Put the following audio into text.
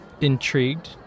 intrigued